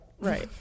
right